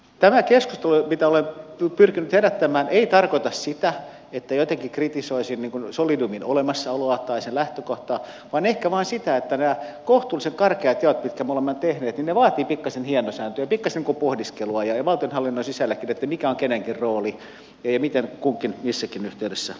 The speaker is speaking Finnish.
tämä keskustelu mitä olen pyrkinyt herättämään ei tarkoita sitä että jotenkin kritisoisin solidiumin olemassaoloa tai sen lähtökohtaa vaan ehkä vain sitä että nämä kohtuullisen karkeat jaot mitkä me olemme tehneet vaativat pikkasen hienosäätöä ja pikkasen pohdiskelua valtionhallinnon sisälläkin siitä mikä on kenenkin rooli ja miten kunkin missäkin yhteydessä pitää toimia